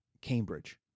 Cambridge